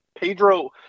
pedro